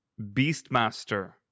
Beastmaster